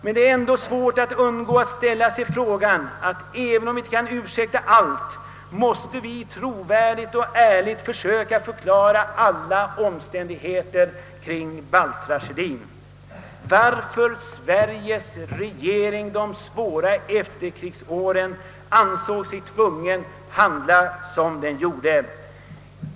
Men även om inte allt kan ursäktas måste vi ändå trovärdigt och ärligt försöka förklara alla omständigheter kring balttragedien, förklara varför Sveriges regering under de svåra efterkrigsåren ansåg sig tvungen att handla som den gjorde.